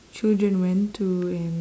children went to and